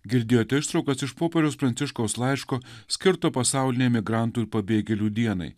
girdėjote ištraukas iš popiežiaus pranciškaus laiško skirto pasaulinei migrantų ir pabėgėlių dienai